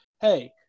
Hey